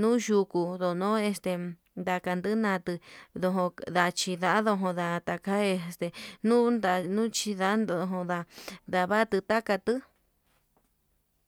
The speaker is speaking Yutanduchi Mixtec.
nuu yuku no ndo este, ndanin ndatuu no'o nachida nduku ndateka este nuu nda'a nuchindando ndá ndavatu takatuu.